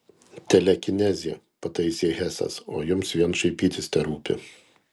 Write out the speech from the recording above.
telekinezė pataisė hesas o jums vien šaipytis terūpi